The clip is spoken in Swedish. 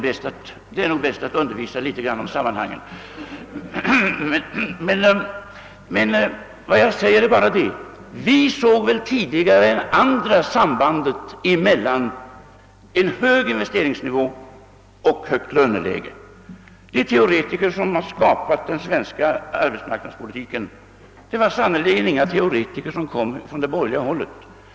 Vi såg tidigare än andra sambandet mellan en hög investeringsnivå och ett högt löneläge. De teoretiker som har skapat den svenska arbetsmarknadspolitiken kommer sannerligen inte från det borgerliga hållet.